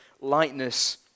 lightness